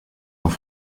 auf